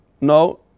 No